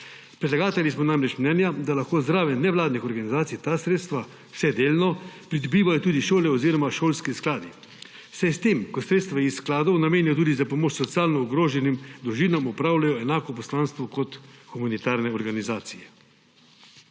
Predlagatelji smo namreč mnenja, da lahko zraven nevladnih organizacij ta sredstva vsaj delno pridobivajo tudi šole oziroma šolski skladi, saj s tem ko sredstva iz skladov namenjajo tudi za pomoč socialno ogroženim družinam, opravljajo enako poslanstvo kot humanitarne organizacije.